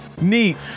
Neat